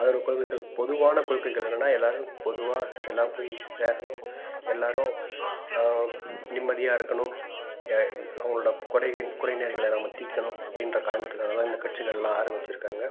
அதோடய கொள்கைகள் பொதுவான கொள்கைகள் என்னென்னால் எல்லாேரும் பொதுவாக எல்லாம் போய் சேரணும் எல்லாேரும் நிம்மதியாக இருக்கணும் ய அவங்களோடய குறையின் குறைநிறைகளை நம்ம தீர்க்கணும் அப்படின்ற காரணத்துக்காகதான் இந்த கட்சிகளெல்லாம் ஆரம்பிச்சுருக்காங்க